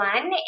One